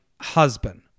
husband